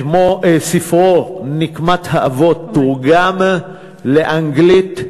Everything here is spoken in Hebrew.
ספרו "נקמת האבות" תורגם לאנגלית,